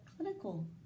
clinical